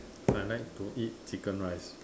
I like to eat chicken rice